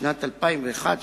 בשנת 2001,